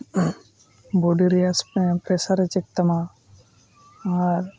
ᱵᱚᱰᱤ ᱨᱮᱭᱟᱜ ᱯᱮᱥᱟᱨᱮ ᱪᱮᱠ ᱛᱟᱢᱟ ᱱᱚᱣᱟ